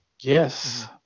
Yes